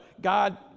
God